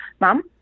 mom